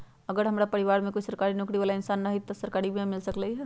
अगर हमरा परिवार में कोई सरकारी नौकरी बाला इंसान हई त हमरा सरकारी बीमा मिल सकलई ह?